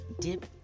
dip